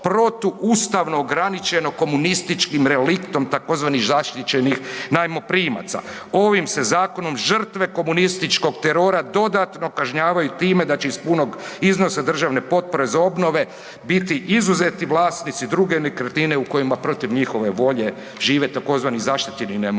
protuustavno ograničeno komunističkim reliktom tzv. zaštićenih najmoprimaca. Ovim se zakonom žrtve komunističkog terora dodatno kažnjavaju time da će iz punog iznosa državne potpore za obnove biti izuzeti vlasnici druge nekretnine u kojima protiv njihove volje žive tzv. zaštićeni